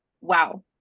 Wow